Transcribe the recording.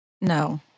No